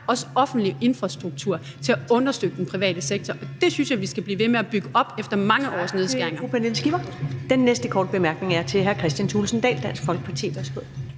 stærk offentlig infrastruktur til at understøtte den private sektor, og den synes jeg vi skal blive ved med at bygge op efter mange års nedskæringer.